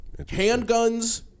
Handguns